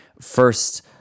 first